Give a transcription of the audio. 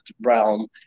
realm